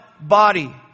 body